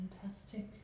Fantastic